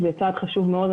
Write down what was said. זה צעד חשוב מאוד.